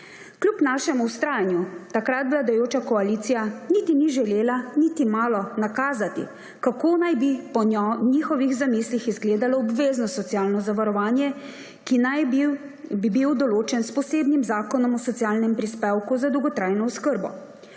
Kljub našemu vztrajanju takrat vladajoča koalicija niti ni želela niti malo nakazati, kako naj bi po njihovih zamislih izgledalo obvezno socialno zavarovanje, ki naj bi bilo določeno s posebnim zakonom o socialnem prispevku za dolgotrajno oskrbo.